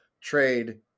Trade